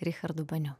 richardu baniu